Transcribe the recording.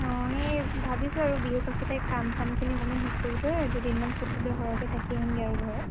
অঁ এই ভাবিছোঁ আৰু বিহুৰ পাছতে কাম চামখিনি অকণমান শেষ কৰি থৈ দুদিনমান ছুটি লৈ সৰহকৈ থাকি আহিমগৈ আৰু ঘৰত